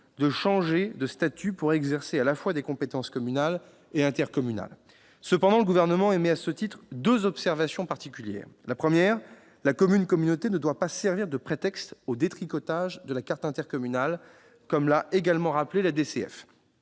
de changer de statut pour exercer des compétences à la fois communales et intercommunales. Cependant, le Gouvernement émet à ce titre deux observations particulières. Tout d'abord, la « commune-communauté » ne doit pas servir de prétexte au détricotage de la carte intercommunale, comme l'a également rappelé l'AdCF.